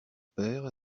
père